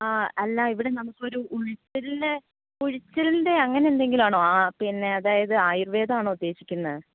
ആ അല്ല ഇവിടെ നമുക്ക് ഒരു ഉഴിച്ചിലിന്റെ ഉഴിച്ചിലിന്റെ അങ്ങനെ എന്തെങ്കിലും ആണോ ആ പിന്നെ അതായത് ആയുർവേദം ആണോ ഉദ്ദേശിക്കുന്നത്